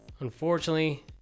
unfortunately